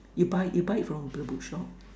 you buy you buy it from the book shop